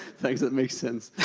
thanks that makes sense.